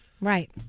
Right